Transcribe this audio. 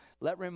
let